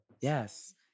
yes